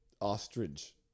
Ostrich